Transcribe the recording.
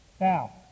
now